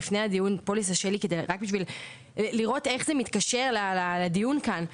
לפני הדיון רק כדי לראות איך זה מתקשר לדיון כאן.